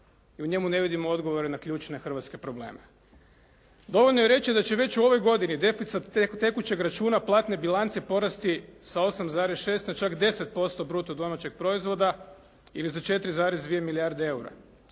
i u njemu ne vidimo odgovore na ključne hrvatske probleme. Dovoljno je reći da će već u ovoj godini deficit tekućeg računa platne bilance porasti sa 8,6 na čak 10% bruto domaćeg proizvoda ili za 4,2 milijarde eura.